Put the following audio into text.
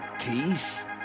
peace